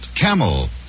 Camel